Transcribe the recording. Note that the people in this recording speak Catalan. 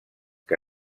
que